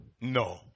No